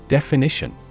Definition